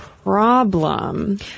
Problem